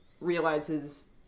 realizes